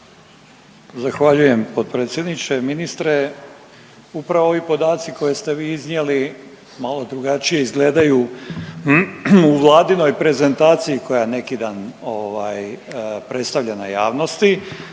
Zahvaljujem potpredsjedniče. Ministre, upravo ovi podaci koje ste vi iznijeli malo drugačije izgledaju i Vladinoj prezentaciji koja neki dan ovaj, predstavljena javnosti,